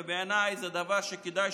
ובעיניי זה דבר שכדאי